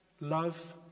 love